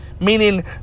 meaning